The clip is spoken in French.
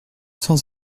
sans